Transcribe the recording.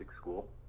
school